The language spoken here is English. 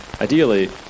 Ideally